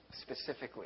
specifically